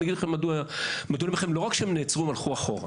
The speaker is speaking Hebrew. אבל אני אגיד לכם מדוע לא רק שהן נעצרו הן גם הלכו אחורה,